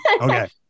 Okay